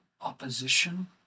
opposition